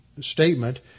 statement